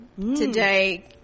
Today